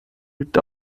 liegt